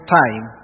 time